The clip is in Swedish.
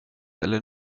eller